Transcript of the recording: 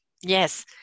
Yes